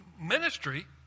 ministry